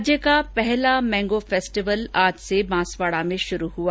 राज्य का पहला मैंगो फेस्टिवल आज से बांसवाड़ा में शुरू हुआ